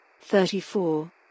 Thirty-four